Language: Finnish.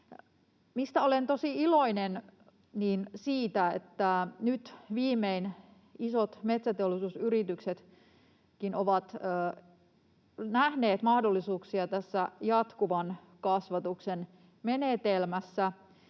olen tosi iloinen, niin siitä, että nyt viimein isot metsäteollisuusyrityksetkin ovat nähneet mahdollisuuksia tässä jatkuvan kasvatuksen menetelmässä.